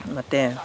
ಮತ್ತು